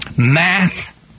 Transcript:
Math